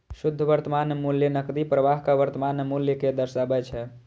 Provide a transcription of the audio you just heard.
शुद्ध वर्तमान मूल्य नकदी प्रवाहक वर्तमान मूल्य कें दर्शाबै छै